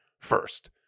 first